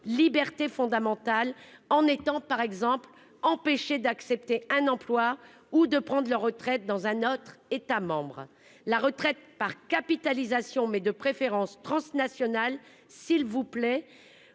libertés fondamentales en étant par exemple empêchées d'accepter un emploi ou de prendre leur retraite dans un autre État-membre, la retraite par capitalisation mais de préférence. S'il vous plaît